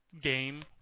game